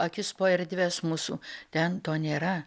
akis po erdves mūsų ten to nėra